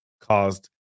caused